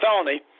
felony